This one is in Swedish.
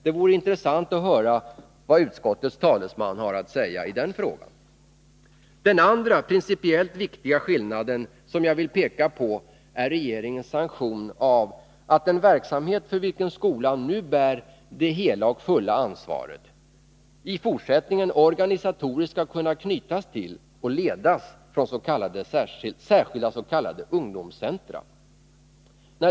Det vore intressant att höra vad utskottets talesman har att säga i den frågan. Den andra, principiellt viktiga skillnaden som jag vill peka på är regeringens sanktion av att en verksamhet, för vilken skolan nu bär det hela och fulla ansvaret, i fortsättningen organisatoriskt skall kunna knytas till och ledas från särskilda s.k. ungdomscentra.